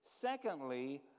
Secondly